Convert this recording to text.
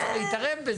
הוא לא צריך להתערב בזה,